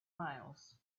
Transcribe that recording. miles